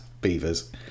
beavers